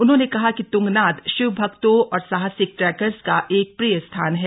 उन्होंने कहा कि तृंगनाथ शिव भक्तों और साहसिक ट्रैकर्स का एक प्रिय स्थान है